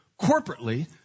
corporately